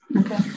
Okay